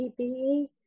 PPE